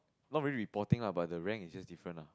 not really reporting lah but the rank is just different lah